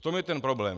V tom je ten problém.